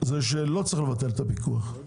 לא צריך לבטל את הפיקוח,